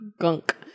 gunk